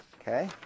Okay